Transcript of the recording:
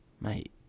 Mate